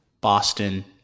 Boston